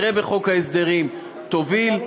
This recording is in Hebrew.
תקרה בחוק ההסדרים, ותוביל,